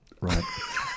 Right